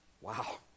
Wow